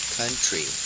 country